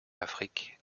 afrique